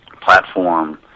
platform